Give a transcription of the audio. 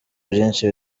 byinshi